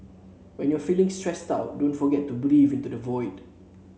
when you are feeling stressed out don't forget to breathe into the void